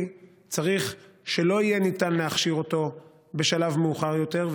צריך שלא יהיה ניתן להכשיר אותו בשלב מאוחר יותר,